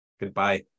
Goodbye